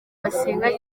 basenga